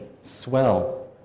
swell